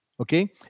Okay